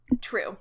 True